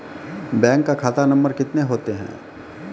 Bank का खाता number कितने होते हैं?